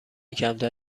کمتر